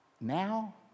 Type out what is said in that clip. Now